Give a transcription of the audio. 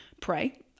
pray